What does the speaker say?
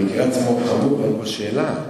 המקרה עצמו חמור, ואין פה שאלה.